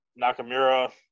Nakamura